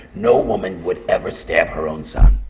no woman would ever stab her own son.